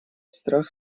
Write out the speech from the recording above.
страх